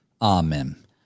Amen